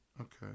Okay